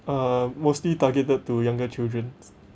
uh mostly targeted to younger children